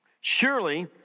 Surely